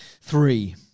Three